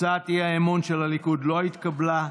הצעת האי-אמון של הליכוד לא התקבלה.